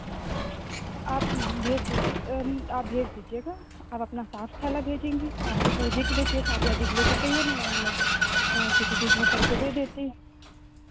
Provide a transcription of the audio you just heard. आप भेज दी आप भेज दीजिएगा आप अपना साफ थैला भेजेंगी आपको पूजे के लिए चाहिए था शादी वादी के लिए तो चाहिए नहीं वरना मैं किसी चीज़ में कर के दे देती